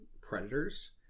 predators